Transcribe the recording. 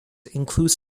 includes